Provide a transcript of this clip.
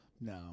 No